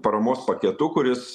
paramos paketu kuris